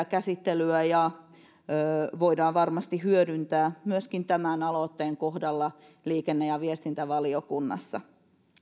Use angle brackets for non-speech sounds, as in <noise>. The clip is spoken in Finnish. <unintelligible> käsittelyä ja sitä voidaan varmasti hyödyntää myöskin tämän aloitteen kohdalla liikenne ja viestintävaliokunnassa